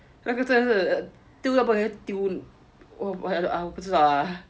那个真的是丢到不能再丢不知道 lah